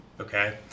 Okay